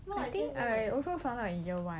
I think I also found out in year one